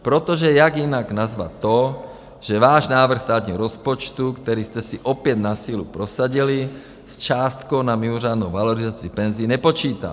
Protože jak jinak nazvat to, že váš návrh státního rozpočtu, který jste si opět na sílu prosadili, s částkou na mimořádnou valorizaci penzí nepočítá?